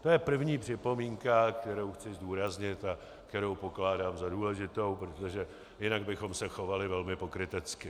To je první připomínka, kterou chci zdůraznit a kterou pokládám za důležitou, protože jinak bychom se chovali velmi pokrytecky.